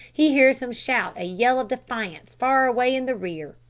he hears him shout a yell of defiance far away in the rear.